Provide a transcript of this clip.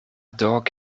dog